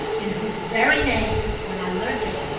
in whose very name, when i learnt it,